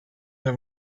the